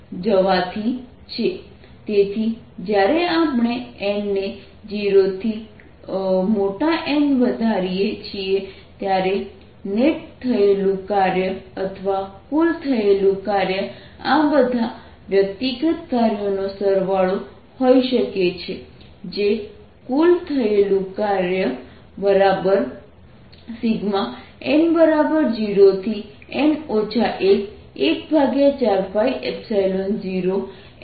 e14π0ne2R તેથી જ્યારે આપણે n ને 0 થી N વધારીએ છીએ ત્યારે નેટ થયેલું કાર્ય અથવા કુલ થયેલું કાર્ય આ બધા વ્યક્તિગત કાર્યનો સરવાળો હોઈ શકે છે જે કુલ થયેલું કાર્ય n0N 114π0n e2R છે